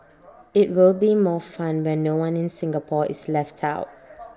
IT will be more fun when no one in Singapore is left out